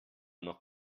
noch